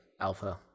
Alpha